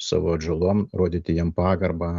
savo atžalom rodyti jom pagarbą